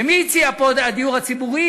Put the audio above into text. ומי הציע פה, הדיור הציבורי,